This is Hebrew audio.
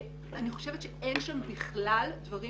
אני חושבת שאין שם בכלל דברים